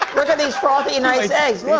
look at these frothy, nice eggs. yeah